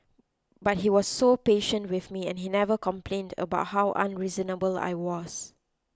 but he was so patient with me and he never complained about how unreasonable I was